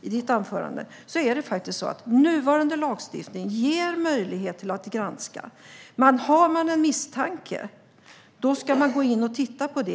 ditt anförande, ger nuvarande lagstiftning möjlighet att granska. Om det finns en misstanke ska man gå och titta på det.